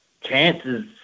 chances